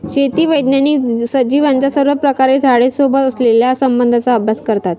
शेती वैज्ञानिक सजीवांचा सर्वप्रकारे झाडे सोबत असलेल्या संबंधाचा अभ्यास करतात